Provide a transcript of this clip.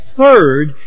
third